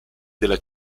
della